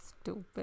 Stupid